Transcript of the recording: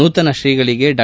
ನೂತನ ಶ್ರೀಗಳಿಗೆ ಡಾ